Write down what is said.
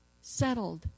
settled